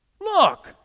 look